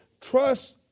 Trust